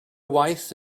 waith